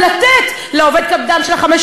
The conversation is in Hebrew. לתת דיפרנציאציה.